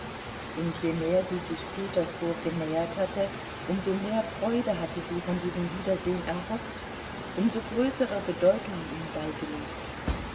und je mehr sie sich petersburg genähert hatte um so mehr freude hatte sie von diesem wiedersehen erhofft um so größere bedeutung ihm beigelegt